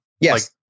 yes